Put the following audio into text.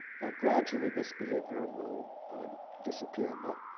that gradually this behavior will disappear. but